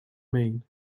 mean